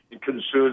concerns